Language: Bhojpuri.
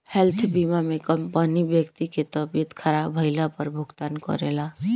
हेल्थ बीमा में कंपनी व्यक्ति के तबियत ख़राब भईला पर भुगतान करेला